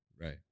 Right